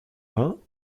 vingts